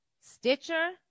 Stitcher